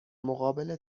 مقابل